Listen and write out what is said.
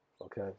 okay